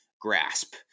grasp